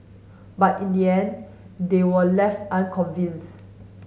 but in the end they were left unconvinced